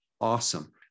awesome